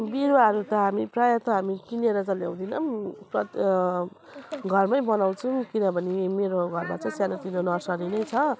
बिरुवाहरू त हामी प्रायः त हामी किनेर त ल्याउँदैनौँ तर् घरमै बनाउँछौँ किनभने मेरो घरमा चाहिँ सानोतिनो नर्सरी नै छ